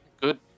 good